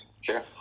sure